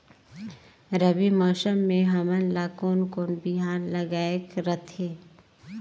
रबी मौसम मे हमन ला कोन कोन बिहान लगायेक रथे?